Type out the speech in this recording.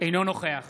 אינו נוכח